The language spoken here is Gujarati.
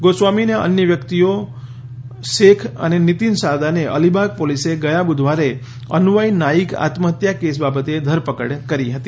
ગોસ્વામી અને અન્ય બે વ્યક્તિઓ ફિરોઝ શેખ અને નીતિશ શારદાને અલીબાગ પોલીસે ગયા બુધવારે અન્વય નાઇક આત્મહત્યા કેસ બાબતે ધરકપડ કરી હતી